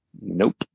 Nope